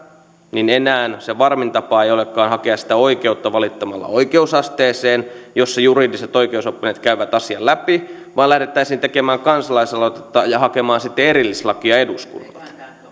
kun se varmin tapa hakea oikeutta valittaminen oikeusasteeseen jossa juridiset oikeusoppineet käyvät asian läpi lähdettäisiin tekemään kansalaisaloitetta ja hakemaan sitten erillislakia eduskunnasta